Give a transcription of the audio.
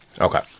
Okay